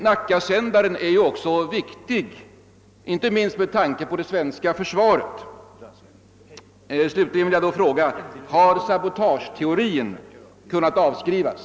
Nackasändaren är ju viktig inte minst med tanke på det svenska försvaret, och jag vill slutligen fråga: Har sabotageteorin kunnat avskrivas?